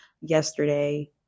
yesterday